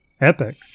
Epic